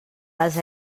les